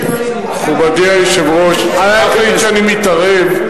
מכובדי היושב-ראש, סלח לי שאני מתערב.